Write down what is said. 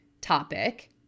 topic